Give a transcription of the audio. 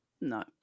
no